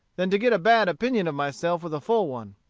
than to get a bad opinion of myself with a full one.